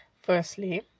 firstly